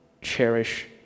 cherish